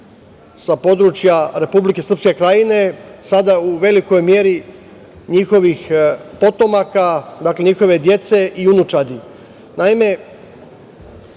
sa područja Republike Srpske Krajine, sada u velikoj meri njihovih potomaka, dakle, njihove dece i unučadi. Naime,